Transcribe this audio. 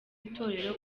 itorero